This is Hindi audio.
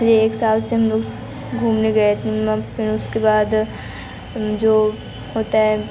पिछले एक साल से हम लोग घूमने गए फिर उसके बाद जो होता है